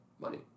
money